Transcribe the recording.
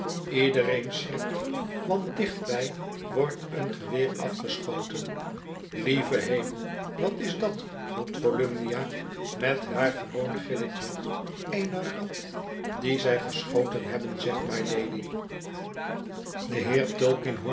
iedereen schrikt want dichtbij wordt een geweer afgeschoten lieve hemel wat is dat roept volumnia met haar gewoon gilletje eene rat die zij geschoten hebben zegt mylady de